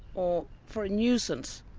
or for a nuisance,